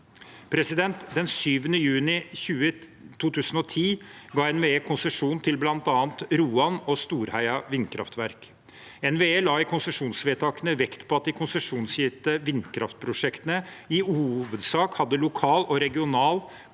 Den 7. juni 2010 ga NVE konsesjon til bl.a. Roan og Storheia vindkraftverk. NVE la i konsesjonsvedtakene vekt på at de konsesjonsgitte vindkraftprosjektene i hovedsak hadde lokal og regional politisk